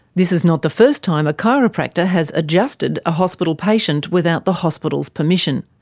this is not the first time a chiropractor has adjusted a hospital patient without the hospital's permission.